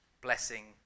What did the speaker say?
Blessing